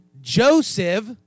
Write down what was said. Joseph